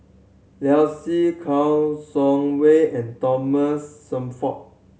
Liu Si Kouo Shang Wei and Thomas Shelford